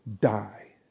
die